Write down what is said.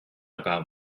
about